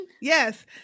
Yes